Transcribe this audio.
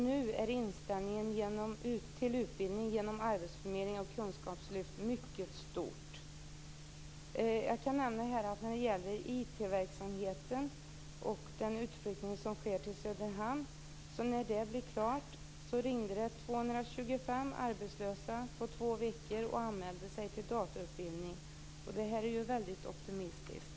Nu är inställningen till utbildning genom arbetsförmedlingens kunskapslyft mycket positivt. När utflyttningen av IT-verksamheten till Söderhamn blev klar ringde 225 arbetslösa på två veckor och anmälde sig till datautbildning. Det är väldigt optimistiskt.